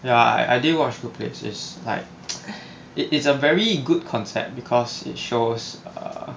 ya I I didn't watch good place is like it is a very good concept because it shows err